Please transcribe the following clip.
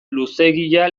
luzeegia